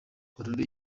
aurore